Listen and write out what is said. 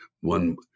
one